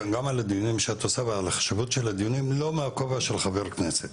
גם על הדיונים שאת עושה ועל החשיבות של הדיונים לא מהכובע של חבר כנסת,